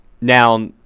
Now